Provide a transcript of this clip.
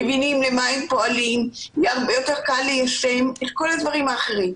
מבינים למה הם פועלים יהיה הרבה יותר קל ליישם את כל הדברים האחרים.